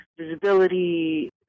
visibility